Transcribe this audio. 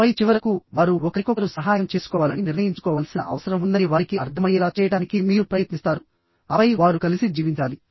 ఆపై చివరకు వారు ఒకరికొకరు సహాయం చేసుకోవాలని నిర్ణయించుకోవాల్సిన అవసరం ఉందని వారికి అర్థమయ్యేలా చేయడానికి మీరు ప్రయత్నిస్తారు ఆపై వారు కలిసి జీవించాలి